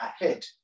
ahead